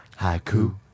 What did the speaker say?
Haiku